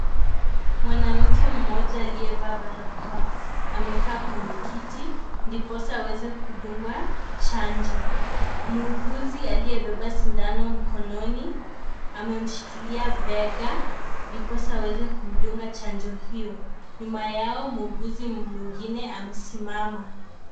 Mwanamke mmoja aliyevaa balakoa, amekaa kwenye kiti ndiposa aweze kudungwa chanjo. Muuguzi aliyebaba sindano mkononi, ameshikiria bega ndiposa aweze kumdunga chanjo hiyo. Nyuma yao muuguzi mwingine amesimama.